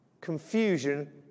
Confusion